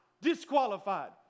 disqualified